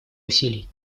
усилий